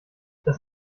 das